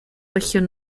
región